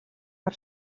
per